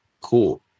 cool